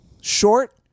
Short